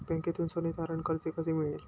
बँकेतून सोने तारण कर्ज कसे मिळेल?